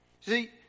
See